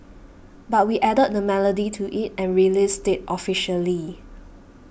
but we added the melody to it and released it officially